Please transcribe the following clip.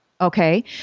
Okay